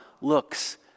looks